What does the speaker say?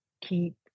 keep